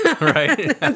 Right